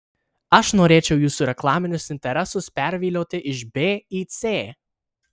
aš norėčiau jūsų reklaminius interesus pervilioti iš b į c